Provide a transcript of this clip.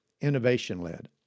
innovation-led